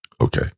Okay